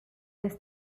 this